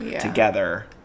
together